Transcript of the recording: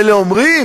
מילא לא אומרים,